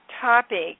topic